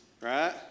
right